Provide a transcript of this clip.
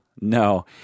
No